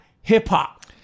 hip-hop